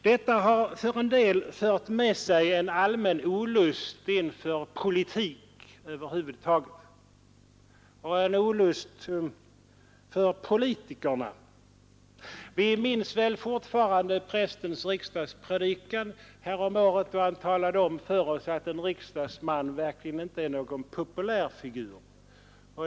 Detta har för en del skapat en allmän olust inför politik över huvud taget och även för politikerna. Vi minns väl fortfarande den predikan som hölls vid riksdagsgudstjänsten härom året, där prästen talade om för oss att en riksdagsman verkligen inte är någon populär figur.